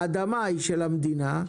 האדמה של המדינה,